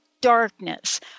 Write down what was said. darkness